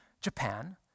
Japan